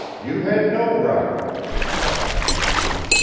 you had no right! he cried, vehemently.